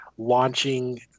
launching